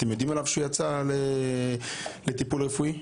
אתם יודעים עליו שהוא יצא לטיפול רפואי?